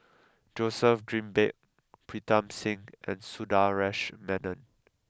Joseph Grimberg Pritam Singh and Sundaresh Menon